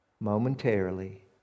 momentarily